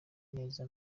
neza